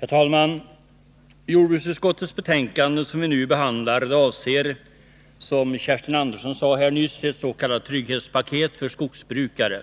Herr talman! Jordbruksutskottets betänkande, som vi nu behandlar, avser, som Kerstin Andersson sade nyss, ett s.k. trygghetspaket för skogsbrukare.